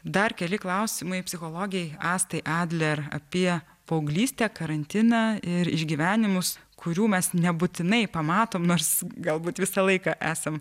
dar keli klausimai psichologei astai adler apie paauglystę karantiną ir išgyvenimus kurių mes nebūtinai pamatom nors galbūt visą laiką esam